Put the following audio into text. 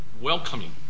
welcoming